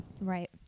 Right